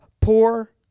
poor